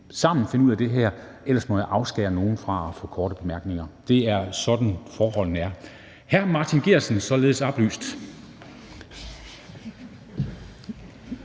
sammen finde ud af det her. Ellers må jeg afskære nogle fra at få korte bemærkninger. Det er sådan, forholdene er. Hr. Martin Geertsen, således oplyst.